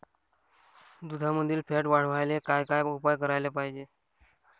दुधामंदील फॅट वाढवायले काय काय उपाय करायले पाहिजे?